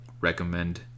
recommend